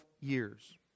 years